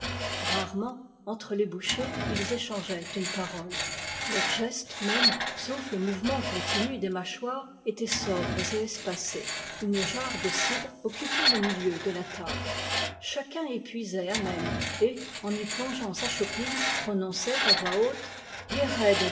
rarement entre les bouchées ils échangeaient une parole leurs gestes mêmes sauf le mouvement continu des mâchoires étaient sobres et espacés une jarre de cidre occupait le milieu de la table chacun y puisait à même et en y plongeant sa chopine prononçait à voix haute